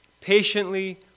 patiently